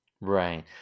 Right